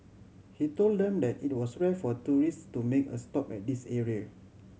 he told them that it was rare for tourists to make a stop at this area